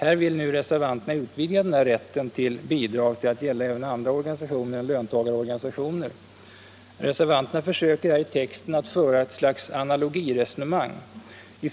Här vill reservanterna utvidga rätten till bidrag till att gälla även andra organisationer än löntagarorganisationer. Reservanterna försöker i texten föra ett slags analogiresonemang.